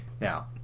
now